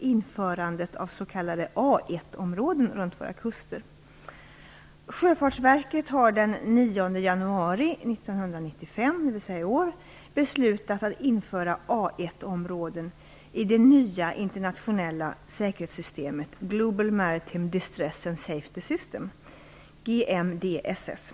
införandet av s.k. A1-områden runt våra kuster. Sjöfartsverket har den 9 januari 1995, dvs. i år, beslutat att införa A1-områden i det nya internationella säkerhetssystemet Global Maritime Distress and Safety System, GMDSS.